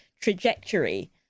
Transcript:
trajectory